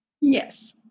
Yes